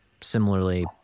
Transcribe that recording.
Similarly